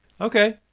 Okay